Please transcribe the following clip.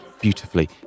beautifully